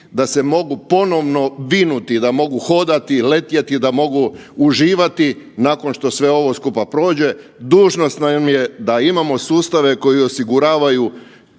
da se mogu ponovno vinuti da mogu hodati, letjeti, da mogu uživati nakon što sve ovo skupa prođe dužnost nam je da imamo sustave koji osiguravaju